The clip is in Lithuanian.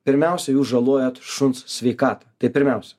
pirmiausia jūs žalojat šuns sveikatą tai pirmiausia